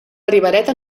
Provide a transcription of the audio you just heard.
ribereta